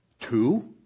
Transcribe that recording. Two